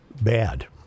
bad